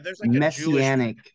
Messianic